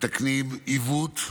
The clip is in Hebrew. מתקנים עיוות,